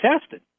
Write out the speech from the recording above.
tested